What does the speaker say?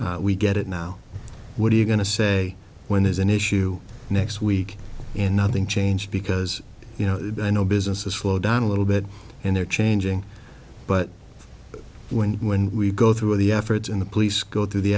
we get it now what are you going to say when there's an issue next week and nothing changed because you know i know businesses flow down a little bit and they're changing but when when we go through the efforts and the police go through the